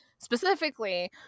specifically